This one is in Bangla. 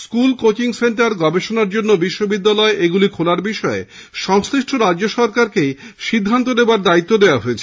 স্কুল কোচিং সেন্টার গবেষণার জন্য বিশ্ববিদ্যালয় এগুলি খোলার ব্যাপারে সংশ্লিষ্ট রাজ্য সরকারকেই সিদ্ধান্ত নেওয়ার দায়িত্ব দেওয়া হয়েছে